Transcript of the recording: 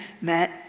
met